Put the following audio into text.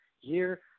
year